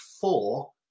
four